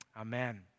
Amen